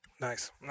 Nice